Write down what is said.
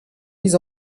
mises